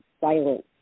silence